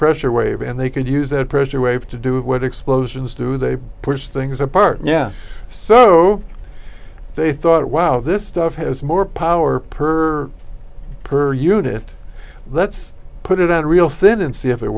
pressure wave and they could use that pressure wave to do it what explosions do they push things apart yeah so they thought wow this stuff has more power per per unit let's put it out real thin and see if it